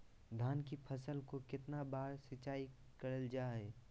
धान की फ़सल को कितना बार सिंचाई करल जा हाय?